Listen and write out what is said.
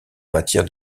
matière